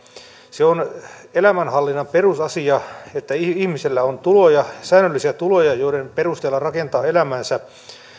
se on elämänhallinnan perusasia että ihmisellä on tuloja säännöllisiä tuloja joiden perusteella rakentaa elämäänsä